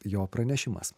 jo pranešimas